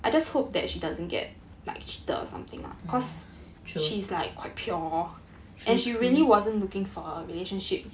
oh true true true